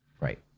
Right